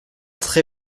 très